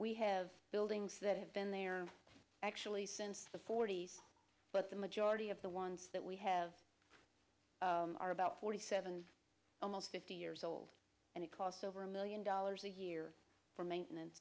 we have buildings that have been there actually since the forty's but the majority of the ones that we have are about forty seven almost fifty years old and it costs over a million dollars a year for maintenance